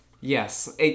Yes